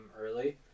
early